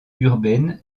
urbaine